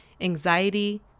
anxiety